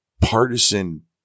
Partisan